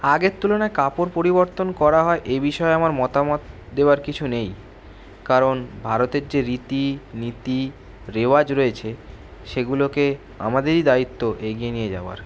আগের তুলনায় কাপড় পরিবর্তন করা হয় এ বিষয়ে আমার মতামত দেওয়ার কিছু নেই কারণ ভারতের যে রীতিনীতি রেওয়াজ রয়েছে সেগুলোকে আমাদেরই দায়িত্ব এগিয়ে নিয়ে যাওয়ার